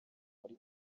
muri